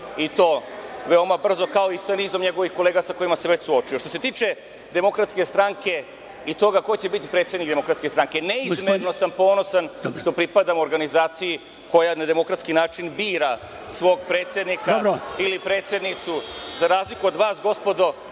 i to veoma brzo, kao i sa nizom njegovih kolega sa kojima sam se već suočio. Što se tiče DS i toga ko će biti predsednik DS, neizmerno sam ponosan što pripadam organizaciji koja na demokratski način bira svog predsednika ili predsednicu, za razliku od vas, gospodo,